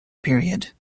period